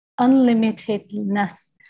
unlimitedness